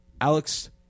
Alex